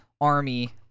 army